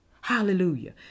Hallelujah